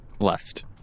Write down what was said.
left